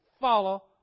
follow